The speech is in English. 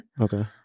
Okay